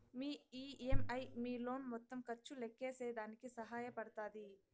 మీ EMI మీ loan మొత్తం ఖర్చు లెక్కేసేదానికి సహాయ పడతాది